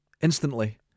instantly